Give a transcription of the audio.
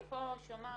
אני פה שומעת.